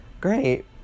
Great